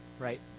right